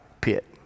pit